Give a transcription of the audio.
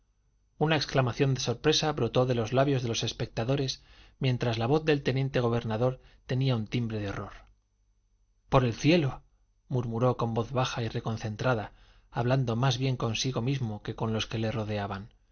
una exclamación de sorpresa brotó de los labios de los espectadores mientras la voz del teniente gobernador tenía un timbre de horror por el cielo murmuró con voz baja y reconcentrada hablando más bien consigo mismo que con los que le rodeaban